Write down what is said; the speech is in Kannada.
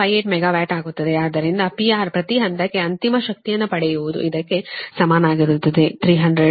58 ಮೆಗಾವ್ಯಾಟ್ ಆಗುತ್ತದೆ ಆದ್ದರಿಂದ PR ಪ್ರತಿ ಹಂತಕ್ಕೆ ಅಂತಿಮ ಶಕ್ತಿಯನ್ನು ಪಡೆಯುವುದು ಇದಕ್ಕೆ ಸಮಾನವಾಗಿರುತ್ತದೆ 300 MVA